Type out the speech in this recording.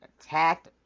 attacked